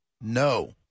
No